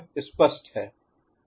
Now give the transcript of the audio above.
यह स्पष्ट है